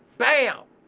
bam.